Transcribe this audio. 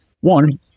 One